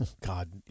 God